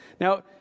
Now